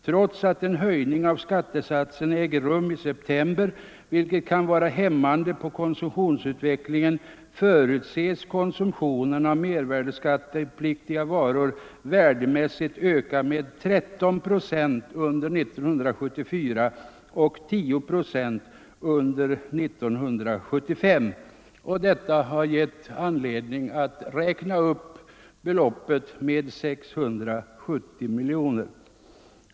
Trots att en höjning av skattesatsen äger rum i september, vilket kan vara hämmande på konsumtionsutvecklingen, förutses konsumtionen av mervärdeskattepliktiga varor värdemässigt öka med 13 procent under 1974 och 10 procent under 1975.” Detta har gett anledning till att räkna upp beloppet med 670 miljoner kronor.